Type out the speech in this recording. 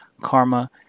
Karma